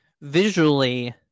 visually